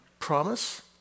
promise